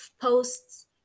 posts